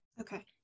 Okay